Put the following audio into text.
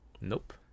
Nope